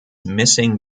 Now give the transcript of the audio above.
missing